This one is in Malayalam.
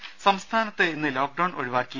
ദേഴ സംസ്ഥാനത്ത് ഇന്ന് ലോക്ക്ഡൌൺ ഒഴിവാക്കി